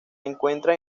encuentran